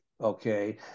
Okay